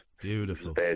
Beautiful